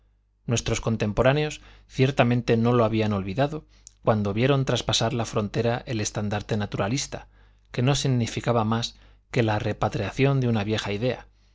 nuestros contemporáneos ciertamente no lo habían olvidado cuando vieron traspasar la frontera el estandarte naturalista que no significaba más que la repatriación de una vieja idea